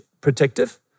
protective